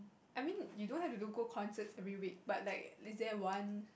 I mean you don't have local concerts every week but like is there one